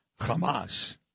Hamas